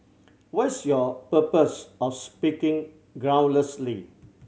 what's your purpose of speaking groundlessly